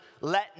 let